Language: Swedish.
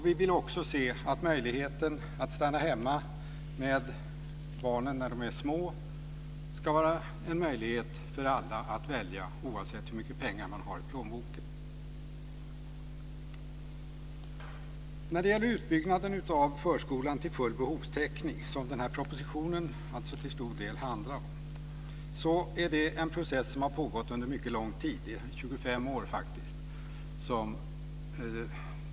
Vi vill också se att det ska vara möjligt för alla att välja att stanna hemma med barnen när de är små, oavsett hur mycket pengar man har i plånboken. Utbyggnaden av förskolan till full behovstäckning, vilket den här propositionen till stor del handlar om, är en process som har pågått under mycket lång tid, faktiskt under 25 år.